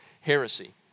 heresy